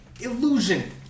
illusion